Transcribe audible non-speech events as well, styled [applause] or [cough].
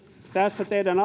tässä teidän [unintelligible]